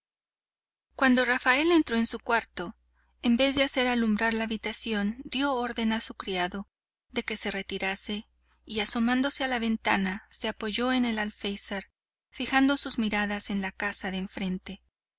cuando rafael entró en su cuarto en vez de hacer alumbrar la habitación dio orden a su criado de que se retirase y asomándose a la ventana se apoyó en el alféizar fijando sus miradas en la casa de enfrente